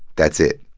that's it.